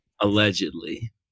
allegedly